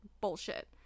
bullshit